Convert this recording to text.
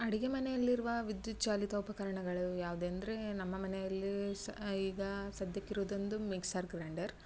ಅಡುಗೆ ಮನೆಯಲ್ಲಿರುವ ವಿದ್ಯುಚ್ಛಾಲಿತ ಉಪಕರಣಗಳು ಯಾವುದೆಂದ್ರೆ ನಮ್ಮ ಮನೆಯಲ್ಲಿ ಸ ಈಗ ಸದ್ಯಕ್ಕಿರೋದೊಂದು ಮಿಕ್ಸರ್ ಗ್ರೈಂಡರ್